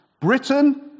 Britain